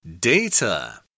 DATA